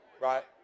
right